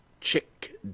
Chick